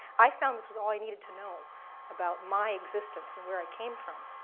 i found this was all i needed to know about my existence and where i came from.